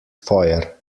feuer